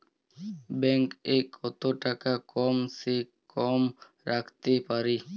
Bank এ কত টাকা কম সে কম রাখতে পারি?